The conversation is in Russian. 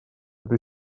эта